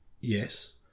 Yes